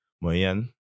Moyen